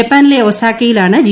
ജപ്പാനിലെ ഒസാക്കയിലാണ് ജി